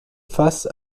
face